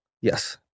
Yes